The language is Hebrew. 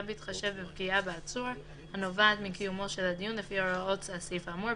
גם בהתחשב בפגיעה בעצור הנובעת מקיומו של הדיון לפי הוראות הסעיף האמור,